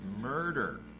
murder